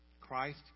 Christ